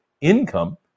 income